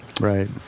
Right